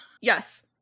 Yes